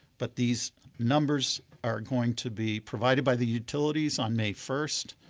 but these numbers are going to be provided by the utilities on may first,